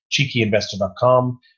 cheekyinvestor.com